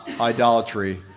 idolatry